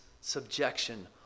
subjection